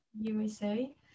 USA